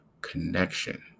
connection